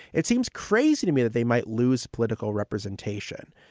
it seems crazy to me that they might lose political representation.